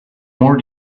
more